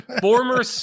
former